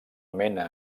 mena